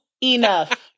enough